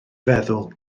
feddwl